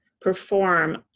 perform